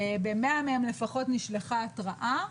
ב-100 מהם לפחות נשלחה התראה,